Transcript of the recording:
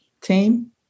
team